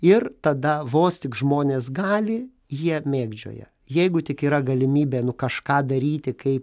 ir tada vos tik žmonės gali jie mėgdžioja jeigu tik yra galimybė nu kažką daryti kaip